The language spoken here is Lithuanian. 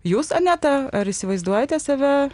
jūs aneta ar įsivaizduojate save